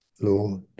Lord